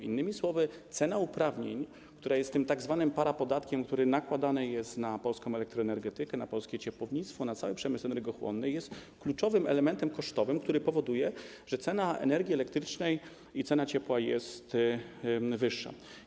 Innymi słowy, cena uprawnień, która jest tzw. parapodatkiem, który nakładany jest na polską elektroenergetykę, na polskie ciepłownictwo, na cały przemysł energochłonny, jest kluczowym elementem kosztowym, który powoduje, że cena energii elektrycznej i cena ciepła są wyższe.